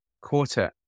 quarter